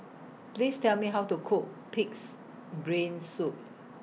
Please Tell Me How to Cook Pig'S Brain Soup